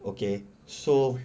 okay so